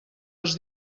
els